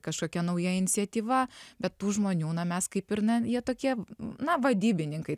kažkokia nauja iniciatyva bet tų žmonių na mes kaip ir ne jie tokie na vadybininkai